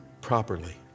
properly